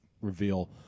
reveal